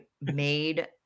made